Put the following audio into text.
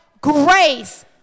grace